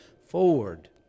forward